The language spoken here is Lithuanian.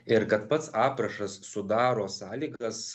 ir kad pats aprašas sudaro sąlygas